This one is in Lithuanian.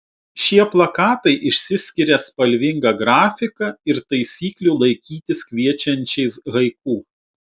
šie plakatai išsiskiria spalvinga grafika ir taisyklių laikytis kviečiančiais haiku